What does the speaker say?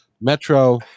Metro